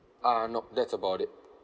uh nope that's about it